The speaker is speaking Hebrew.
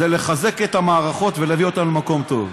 זה לחזק את המערכות ולהביא אותן למקום טוב.